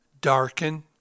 darken